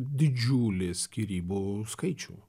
didžiulį skyrybų skaičių